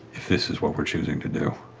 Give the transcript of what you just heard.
if this is what we're choosing to do.